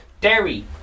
Dairy